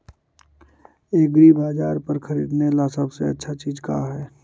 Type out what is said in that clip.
एग्रीबाजार पर खरीदने ला सबसे अच्छा चीज का हई?